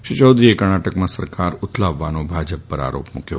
શ્રી ચૌધરીએ કર્ણાટકમાં સરકાર ઉથલાવવાનો ભાજપ પર આરોપ મૂક્યો